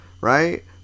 right